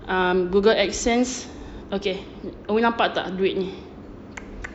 um google access okay umi nampak tak duit ni